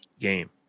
game